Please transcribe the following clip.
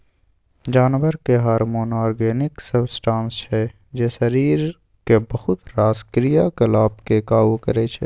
जानबरक hormone organic substance छै जे शरीरक बहुत रास क्रियाकलाप केँ काबु करय छै